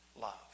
love